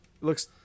Looks